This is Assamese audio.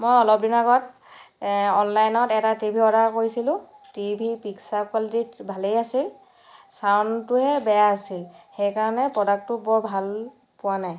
মই অলপ দিনৰ আগত অনলাইনত এটা টি ভি অৰ্ডাৰ কৰিছিলোঁ টিভিৰ পিকচ্যাৰ কোৱালিটী ভালেই আছে চাউণ্ডটোহে বেয়া আছিল সেইকাৰণে প্ৰডাক্টটো বৰ ভাল পোৱা নাই